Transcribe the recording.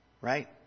right